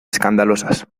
escandalosas